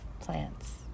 plants